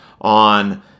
on